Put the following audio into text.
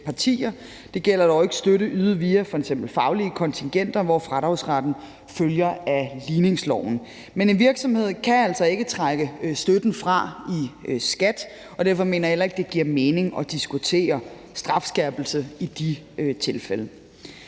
Det gælder dog ikke støtte ydet via f.eks. faglige kontingenter, hvor fradragsretten følger af ligningsloven. Men en virksomhed kan altså ikke trække støtten fra i skat, og derfor mener jeg heller ikke, det giver mening at diskutere strafskærpelse i de tilfælde.